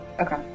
Okay